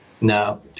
No